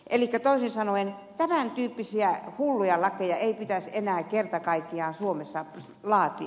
elikkä toisin sanoen tämän tyyppisiä hulluja lakeja ei pitäisi enää kerta kaikkiaan suomessa laatia